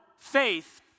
Faith